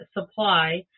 supply